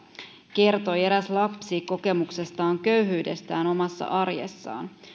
kertoi eräs lapsi kokemuksestaan köyhyydestä omassa arjessaan